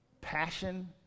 passion